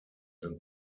sind